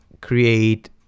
create